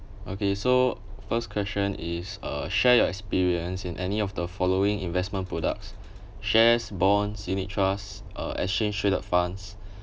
okay so first question is uh share your experience in any of the following investment products shares bonds unit trust uh exchange traded funds